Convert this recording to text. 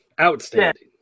outstanding